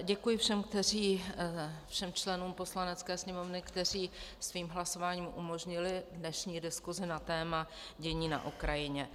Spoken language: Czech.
Děkuji všem členům Poslanecké sněmovny, kteří svým hlasováním umožnili dnešní diskusi na téma dění na Ukrajině.